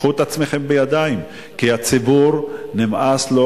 תיקחו את עצמכם בידיים כי הציבור נמאס לו